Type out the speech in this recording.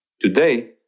Today